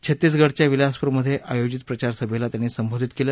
छत्तीसगडच्या विलासपुरमध्ये आयोजित प्रचारसभेला त्यांनी संबोधित केलं